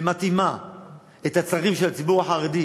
ומתאימה את הצרכים של הציבור החרדי